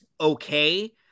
okay